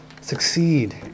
succeed